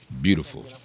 beautiful